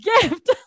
gift